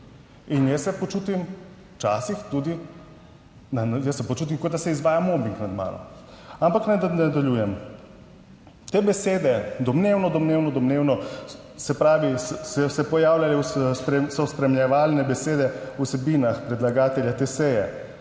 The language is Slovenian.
in jaz se počutim včasih tudi jaz se počutim, kot da se izvaja mobing nad mano, ampak naj nadaljujem. Te besede domnevno, domnevno, domnevno, se pravi, so spremljevalne besede o vsebinah predlagatelja te seje.